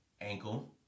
Ankle